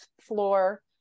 floor